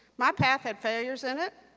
my path had failures in it,